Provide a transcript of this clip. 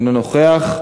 אינו נוכח.